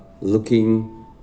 looking